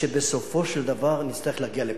שבסופו של דבר נצטרך להגיע לפשרה,